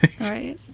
Right